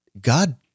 God